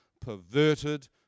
perverted